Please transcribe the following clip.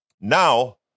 Now